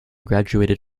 graduated